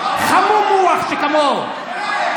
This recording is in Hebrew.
חמום מוח שכמוהו.